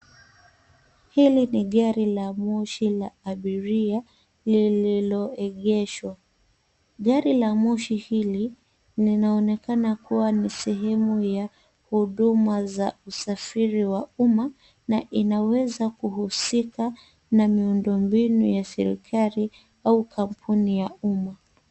Hili ni gari la moshi la abiria lililoegeshwa gari la moshi hili linaonekana kua ni sehemu ya huduma za usafiri wa umma na inaweza kuhusika na miundo mbinu ya serikali au kampuni ya umma.